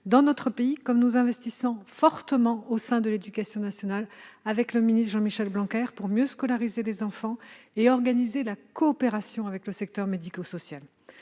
dans notre pays, de même que nous investissons beaucoup dans l'éducation nationale, avec le ministre Jean-Michel Blanquer, pour mieux scolariser les enfants et organiser la coopération avec le secteur médico-social.